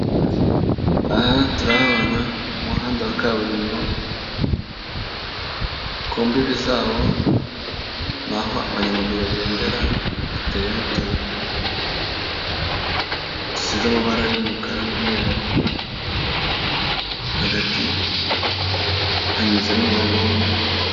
Aha turahabona umuhanda wa kaburimbo, ku mbibi zawo ni aho abanyamaguru bagendera, hateyeze utuntu dusize amabara y'umukara n'umweru, hagati hanyuze n'umurongo w'umweru.